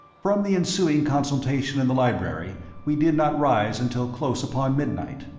from the ensuing consultation in the library we did not rise until close upon midnight.